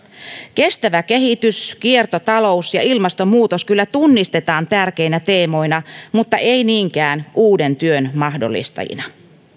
kestävä kehitys kiertotalous ja ilmastonmuutos kyllä tunnistetaan tärkeinä teemoina mutta ei niinkään uuden työn mahdollistajina